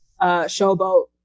Showboat